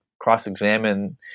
cross-examine